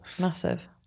Massive